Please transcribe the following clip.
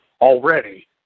already